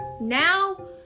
now